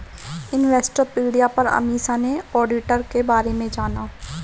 Investopedia पर अमीषा ने auditor के बारे में जाना